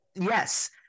Yes